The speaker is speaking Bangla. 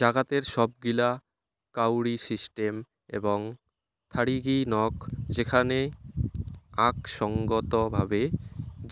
জাগাতের সব গিলা কাউরি সিস্টেম এবং থারিগী নক যেখানে আক সঙ্গত ভাবে